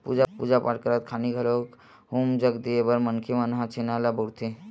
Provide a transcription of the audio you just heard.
पूजा पाठ करत खानी घलोक हूम जग देय बर मनखे मन ह छेना ल बउरथे